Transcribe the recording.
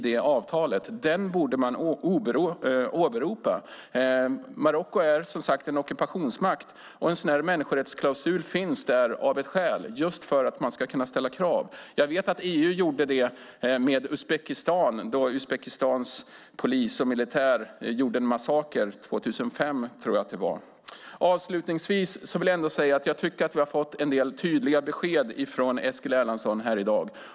Den borde man åberopa. Marocko är en ockupationsmakt, och människorättsklausulen finns med just för att man ska kunna ställa krav. Jag vet att EU gjorde det med Uzbekistan då landets polis och militär ställde till en massaker 2005. Avslutningsvis vill jag säga att vi har fått en del tydliga besked från Eskil Erlandsson i dag.